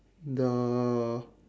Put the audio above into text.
the